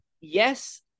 yes